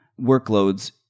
workloads